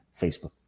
Facebook